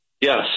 Yes